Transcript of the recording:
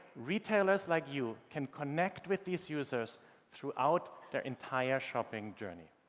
retailers like you can connect with these users throughout their entire shopping journey.